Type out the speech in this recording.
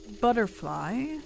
Butterfly